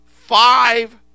five